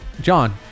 John